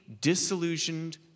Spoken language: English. disillusioned